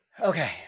Okay